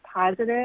positive